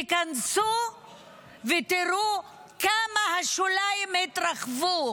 תיכנסו ותראו כמה השוליים התרחבו.